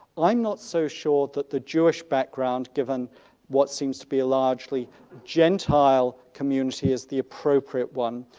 i'm not so sure that the jewish background given what seems to be largely gentile community is the appropriate one.